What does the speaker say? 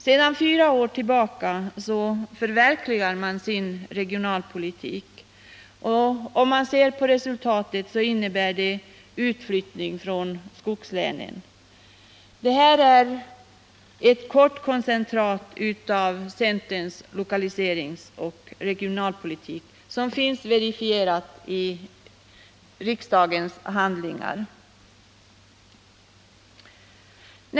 Sedan fyra år tillbaka förverkligar man sin regionalpolitik. Resultatet av den politiken har blivit utflyttning från skogslänen. Det här var ett koncentrat av centerns lokaliseringsoch regionalpolitik, som också finns verifierad i riksdagens handlingar.